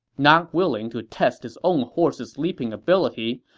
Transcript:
not willing to test his own horse's leaping ability,